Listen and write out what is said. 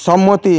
সম্মতি